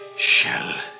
Shell